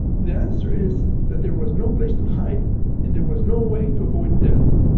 the answer is that there was no place to hide and there was no way to avoid death.